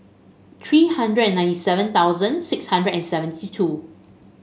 three hundred and ninety seven thousand six hundred and seventy two